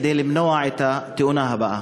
כדי למנוע את התאונה הבאה.